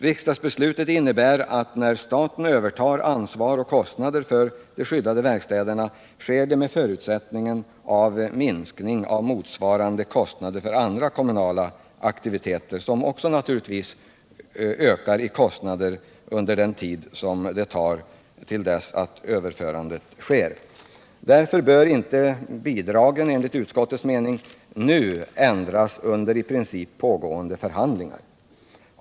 Riksdagsbeslutet innebär att när staten övertar ansvar och kostnader för de skyddade verkstäderna sker detta under förutsättning att motsvarande kostnader minskas för andra kommunala aktiviteter, som naturligtvis också blir dyrare tills överförandet skett. Enligt utskottets mening bör därför bidragen inte ändras nu under pågående förhandlingar.